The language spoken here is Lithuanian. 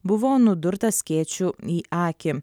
buvo nudurtas skėčiu į akį